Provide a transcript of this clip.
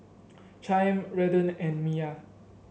Chaim Redden and Miya